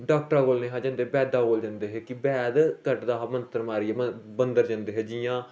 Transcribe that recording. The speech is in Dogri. डाॅक्टरे कोल नेई है जंदे बेदे कोल जंदे है कि बेद कढदा मंत्र मारीये मतलब मंदर जंदे हे जियां